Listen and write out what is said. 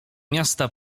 miasta